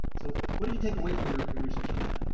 so what did you take away from your your research on that?